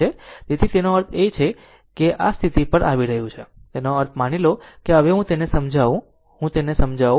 તેથી તેનો અર્થ છે તેથી તેનો અર્થ છે તેથી આ સ્થિતિ પર છે તેનો અર્થ માની લો કે આ હવે હું તેને સમજાવું હું તેને સમજાવું